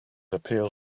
appeal